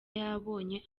yabonye